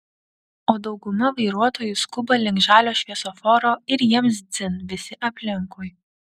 o dauguma vairuotojų skuba link žalio šviesoforo ir jiems dzin visi aplinkui